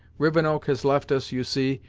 rivenoak has left us, you see,